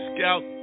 Scout